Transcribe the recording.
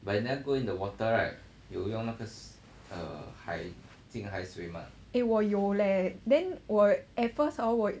eh 我有 leh then 我 at first hor 我